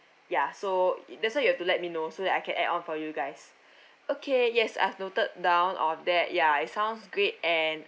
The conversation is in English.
ya so that's why you have to let me know so that I can add on for you guys okay yes I've noted down of that ya it sound's great and